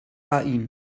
ain